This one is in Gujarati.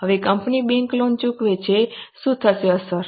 હવે કંપની બેંક લોન ચૂકવે છે શું થશે અસર